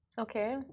okay